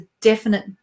definite